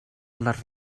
les